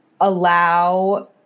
allow